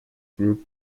group